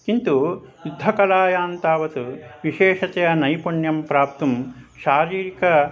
किन्तु युद्धकलायां तावत् विशेषतया नैपुण्यं प्राप्तुं शारीरिक